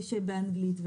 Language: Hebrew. באנגלית.